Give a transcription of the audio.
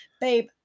babe